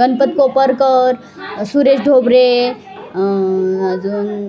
गनपत कोपरकर सुरेश ढोबरे अजून